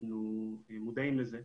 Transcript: אנחנו מודעים לזה,